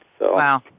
Wow